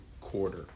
quarter